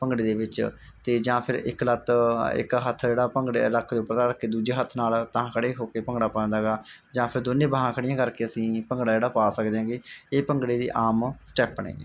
ਭੰਗੜੇ ਦੇ ਵਿੱਚ ਅਤੇ ਜਾਂ ਫਿਰ ਇੱਕ ਲੱਤ ਇੱਕ ਹੱਥ ਜਿਹੜਾ ਭੰਗੜੇ ਲੱਕ ਦੇ ਉੱਪਰ ਰੱਖ ਕੇ ਦੂਜੇ ਹੱਥ ਨਾਲ ਉਤਾਂਹ ਖੜ੍ਹੇ ਹੋ ਕੇ ਭੰਗੜਾ ਪਾਉਂਦਾ ਗਾ ਜਾਂ ਫਿਰ ਦੋਨੇ ਬਾਹਾਂ ਖੜ੍ਹੀਆਂ ਕਰਕੇ ਅਸੀਂ ਭੰਗੜਾ ਜਿਹੜਾ ਪਾ ਸਕਦੇ ਹਾਂਗੇ ਇਹ ਭੰਗੜੇ ਦੇ ਆਮ ਸਟੈਪ ਨੇਗੇ